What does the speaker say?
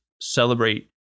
celebrate